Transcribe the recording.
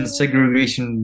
segregation